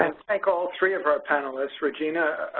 thank all three of our panelist regina,